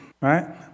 right